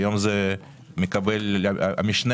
והיום הזה מקבל משנה